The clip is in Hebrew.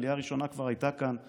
העלייה הראשונה כבר הייתה כאן.